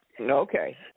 Okay